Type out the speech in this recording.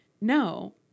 no